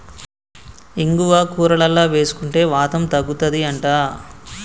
ఇంగువ కూరలల్ల వేసుకుంటే వాతం తగ్గుతది అంట